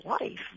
life